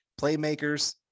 playmakers